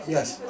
Yes